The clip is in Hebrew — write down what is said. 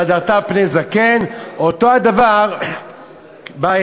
והדרת פני זקן, אותו הדבר בעץ.